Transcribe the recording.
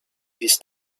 this